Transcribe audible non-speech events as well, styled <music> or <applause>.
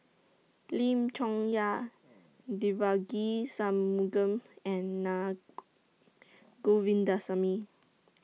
Lim Chong Yah Devagi Sanmugam and Na <noise> Govindasamy